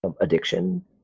addiction